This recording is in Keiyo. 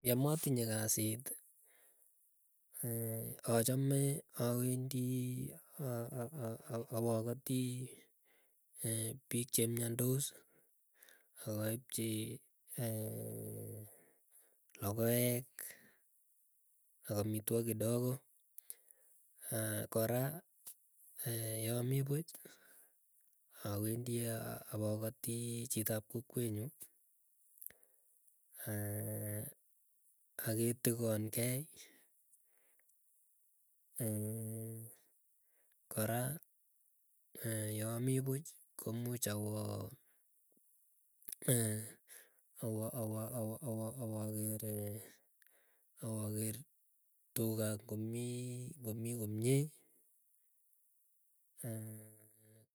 Yematinye kasit achame awendi awakoti, piik akaipchii ee, lokoek akamitwok akamitwogik kidogo kora, yaami puuch awendii apokoti chitop kokwetnyu aketigongei kora yaamii puuch komuuch awoo e awo awo awoker tuga ngomii komie ee.